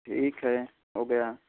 ठीक है हो गया